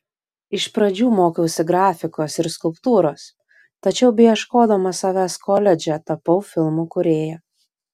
iš pradžių mokiausi grafikos ir skulptūros tačiau beieškodama savęs koledže tapau filmų kūrėja